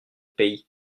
pays